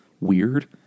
weird